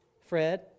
Fred